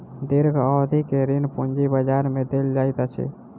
दीर्घ अवधि के ऋण पूंजी बजार में देल जाइत अछि